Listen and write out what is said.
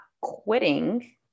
quitting